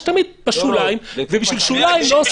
יש תמיד בשוליים, ובשביל שוליים לא עושים חוק.